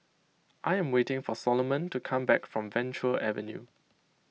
I am waiting for Soloman to come back from Venture Avenue